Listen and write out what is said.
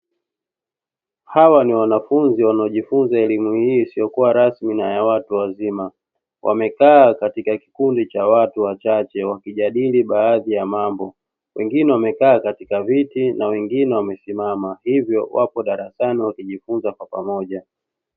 Hawa ni wanafunzi wanaojifunza elimu hii isiyokuwa rasmi na ya watu wazima. Wamekaa katika kikundi cha watu wachache wakijadili baadhi ya mambo. Wengine wamekaa katika viti na wengine wamesimama, hivyo wako darasani wakijifunza kwa pamoja.